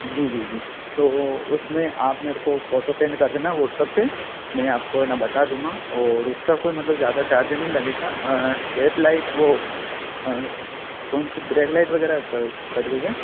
जी जी जी तो वह उसमें आप मेरे को फ़ोटो सेंड कर देना व्हाट्सअप पर मैं आपको है ना बाता दूँगा और उसका मतलब कोई ज़्यादा चार्ज नहीं लगेगा हेडलाइट वह कौन सी ब्रेक लाइट वग़ैरह क कट गई क्या